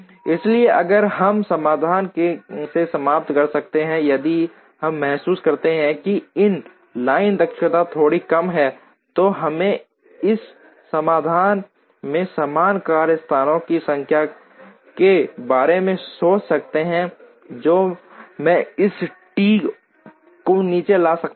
इसलिए अगर हम समाधान से समाप्त कर सकते हैं यदि हम महसूस करते हैं कि लाइन दक्षता थोड़ी कम है तो हम इस समाधान में समान कार्यस्थानों की संख्या के बारे में सोच सकते हैं जो मैं इस टी को नीचे ला सकता हूं